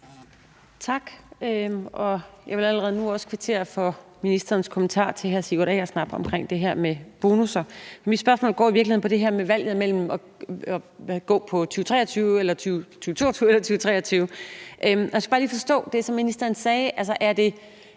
Tak, og jeg vil allerede nu også kvittere for ministerens kommentar til hr. Sigurd Agersnap omkring det her med bonusser. Mit spørgsmål går i virkeligheden på det her med valget mellem at gå med 2022 eller 2023. Jeg skal bare lige forstå det, som ministeren sagde.